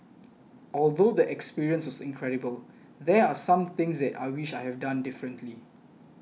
although the experience was incredible there are some things that I wish I have done differently